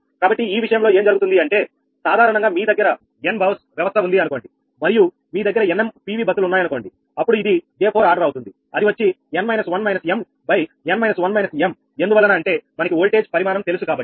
కాబట్టి ఈ విషయంలో ఏం జరుగుతుంది అంటే సాధారణంగా మీ దగ్గర n బస్ వ్యవస్థ ఉంది అనుకోండి మరియు మీ దగ్గర nm PV బస్సులు ఉన్నాయనుకోండి అప్పుడు ఇది J4 ఆర్డర్ అవుతుంది అది వచ్చి 𝑛 − 1 − 𝑚 ∗ 𝑛 − 1 − 𝑚 ఎందువలన అంటే మనకి ఓల్టేజ్ పరిమాణం తెలుసు కాబట్టి